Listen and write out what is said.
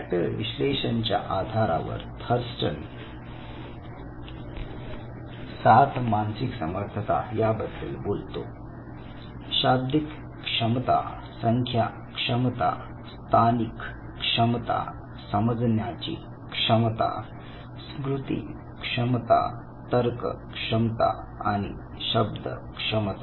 factor विश्लेषण च्या आधारावर थर्स्टन 7 मानसिक समर्थता याबद्दल बोलतो शाब्दिक क्षमता संख्या क्षमता स्थानिक क्षमता समजण्याची क्षमता स्मृती क्षमता तर्क क्षमता आणि शब्द क्षमता